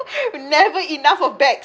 never enough of bags